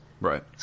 Right